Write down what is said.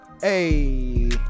Hey